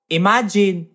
imagine